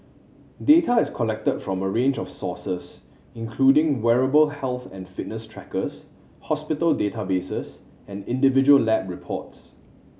data is collected from a range of sources including wearable health and fitness trackers hospital databases and individual lab reports